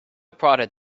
prodded